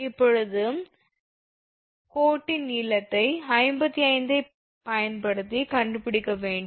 இப்போது கோட்டின் நீளத்தை 57 ஐப் பயன்படுத்தி கண்டுபிடிக்க வேண்டும்